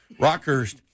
Rockhurst